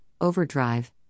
Overdrive